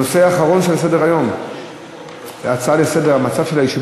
הנושא האחרון שעל סדר-היום הוא הצעה לסדר-היום מס' 1425: